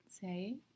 say